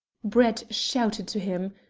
brett shouted to him.